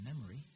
memory